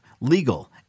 legal